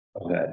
Okay